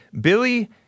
Billy